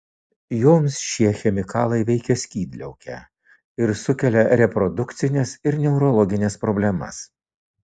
joms šie chemikalai veikia skydliaukę ir sukelia reprodukcines ir neurologines problemas